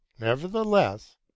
nevertheless